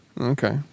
Okay